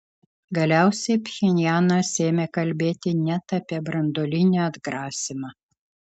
galiausiai pchenjanas ėmė kalbėti net apie branduolinį atgrasymą